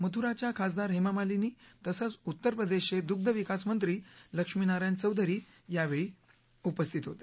मथुराच्या खासदार हेमा मालिनी तसंच उत्तरप्रदेशचे दुग्धविकास मंत्री लक्ष्मीनारायण चौधरी यावेळी उपस्थित होते